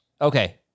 Okay